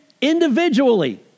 individually